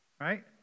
right